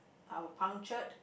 are a puncture